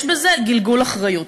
יש בזה גלגול אחריות: